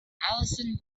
alison